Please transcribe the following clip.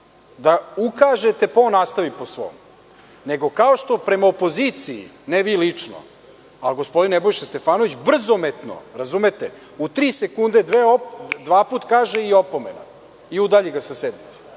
da ukažete, pa on nastavi po svom, nego kao što prema opoziciji, ne vi lično, a gospodin Nebojša Stefanović brzometno, u tri sekunde, dva puta kaže i opomena i udalji ga sa sednice. Znači,